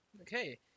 Okay